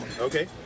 Okay